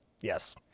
Yes